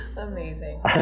Amazing